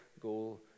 goal